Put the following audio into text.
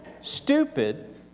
stupid